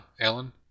Alan